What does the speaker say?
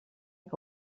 que